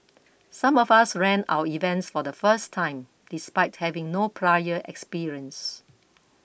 some of us ran our events for the first time despite having no prior experience